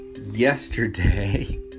yesterday